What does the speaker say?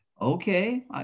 okay